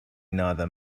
neither